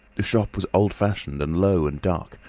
the shop was old-fashioned and low and dark,